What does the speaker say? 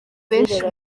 benshi